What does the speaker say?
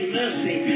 mercy